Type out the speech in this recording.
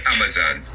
Amazon